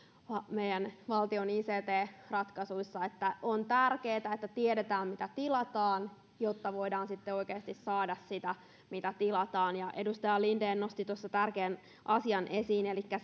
meidän valtion ict ratkaisuissa on tärkeätä että tiedetään mitä tilataan jotta voidaan sitten oikeasti saada sitä mitä tilataan edustaja linden nosti tuossa tärkeän asian esiin elikkä